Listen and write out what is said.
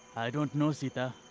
i don't know, sita.